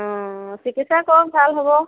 অঁ চিকিৎসা কৰক ভাল হ'ব